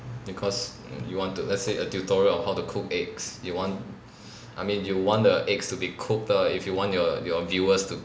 because mm you want to let's say a tutorial on how to cook eggs you want I mean you want the eggs to be cooked uh if you want your your viewers to